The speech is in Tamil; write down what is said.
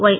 ஒய்